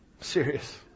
Serious